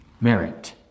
merit